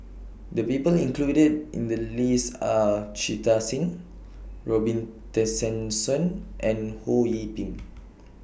The People included in The list Are Jita Singh Robin Tessensohn and Ho Yee Ping